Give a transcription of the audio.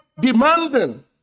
demanding